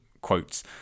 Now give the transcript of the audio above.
quotes